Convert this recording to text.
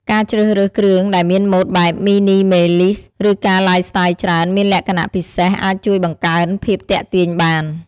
ការជ្រើសរើសគ្រឿងដែលមានម៉ូដបែបមីនីមេលីស ឬការឡាយស្ទាយច្រើន មានលក្ខណៈពិសេសអាចជួយបង្កើនភាពទាក់ទាញបាន។